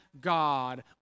God